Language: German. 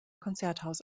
konzerthaus